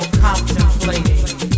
contemplating